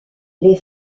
les